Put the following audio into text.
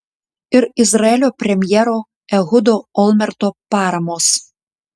ir izraelio premjero ehudo olmerto paramos